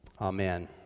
Amen